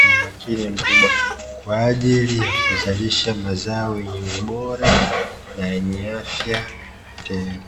kwa umakini mkubwa kwa ajili ya kuzalisha mazao yenye ubora na yenye afya tele.